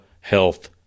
Health